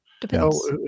Depends